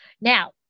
Now